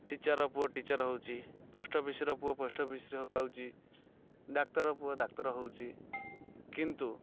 ଟିଚର୍ର ପୁଅ ଟିଚର୍ ହେଉଛି ପୋଷ୍ଟ୍ ଅଫିସ୍ର ପୁଅ ପୋଷ୍ଟ୍ ଅଫିସ୍ରେ ପାଉଛି ଡାକ୍ତର ପୁଅ ଡାକ୍ତର ହେଉଛି କିନ୍ତୁ